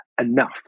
enough